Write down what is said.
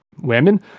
women